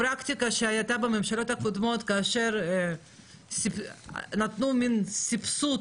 הפרקטיקה שהייתה בממשלות הקודמות כאשר נתנו מן סבסוד,